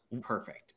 perfect